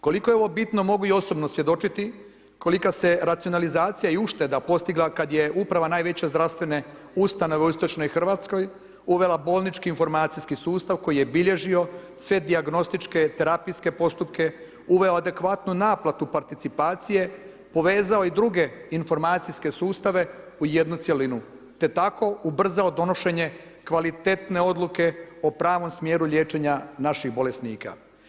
Koliko je ovo bitno mogu i osobno svjedočiti, kolika se racionalizacija i ušteda postigla kad je uprava najveće zdravstvene ustanove u istočnoj Hrvatskoj uvela bolnički informacijski sustav koji je bilježio sve dijagnostičke, terapijske postupke, uveo adekvatnu naplatu participacije, povezao i druge informacijske sustave u jednu cjelinu te tako ubrzao donošenje kvalitetne odluke o pravom smjeru liječenja naših bolesnika.